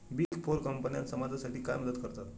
Big four कंपन्या समाजासाठी काय मदत करतात?